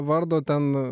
vardo ten